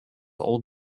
old